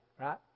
Right